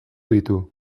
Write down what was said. ditu